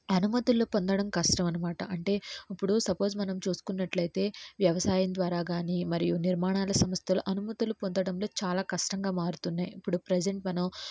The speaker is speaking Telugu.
అనుమతులు పొందడం కష్టం అనమాట అంటే ఇప్పుడు సపోజ్ మనం చూసుకున్నట్లయితే వ్యవసాయం ద్వారా కానీ మరియు నిర్మాణాల సంస్థలో అనుమతులు పొందడంలో చాలా కష్టంగా మారుతున్నాయి ఇప్పుడు ప్రజెంట్ మనం